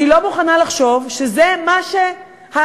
אני לא מוכנה לחשוב שזה מה שהעתיד